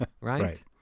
Right